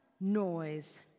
noise